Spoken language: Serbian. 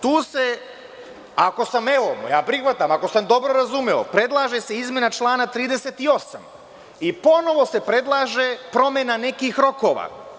Tu se, evo ja prihvatam, ako sam dobro razumeo, predlaže se izmena člana 38. i ponovo se predlaže promena nekih rokova.